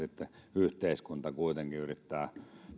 yhteiskunta kuitenkin yrittää